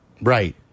Right